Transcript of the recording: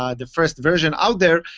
um the first version out there.